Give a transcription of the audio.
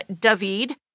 David